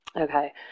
Okay